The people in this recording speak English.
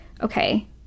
okay